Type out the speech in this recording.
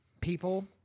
people